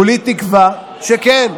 כולי תקווה שכן.